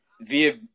via